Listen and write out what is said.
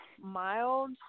mild